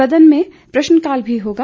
सदन में प्रश्नकाल भी होगा